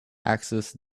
access